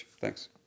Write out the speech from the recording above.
Thanks